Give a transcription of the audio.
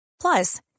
Plus